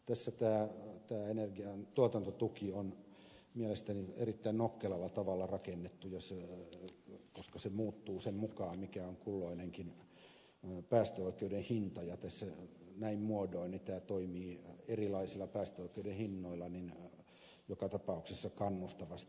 tässä tämä energian tuotantotuki on mielestäni erittäin nokkelalla tavalla rakennettu koska se muuttuu sen mukaan mikä on kulloinenkin päästöoikeuden hinta ja näin muodoin tämä toimii erilaisilla päästöoikeuden hinnoilla joka tapauksessa kannustavasti